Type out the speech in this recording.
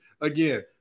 again